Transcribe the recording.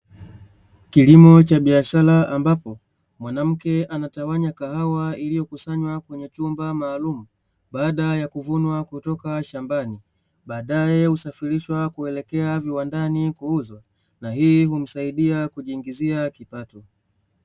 Kilimo cha biashara ambacho mwanamke anatawanya kahawa iliyokusanya kwenye chumba maalumu baada ya kuvunwa kutoka shambani baadae upelekwa viwandani na hii husaidia kumuongezea kipato